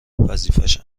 وظیفهش